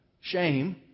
shame